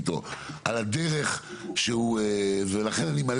אלא על הדרך שהוא מתנהל